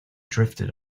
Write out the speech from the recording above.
drifted